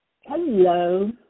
Hello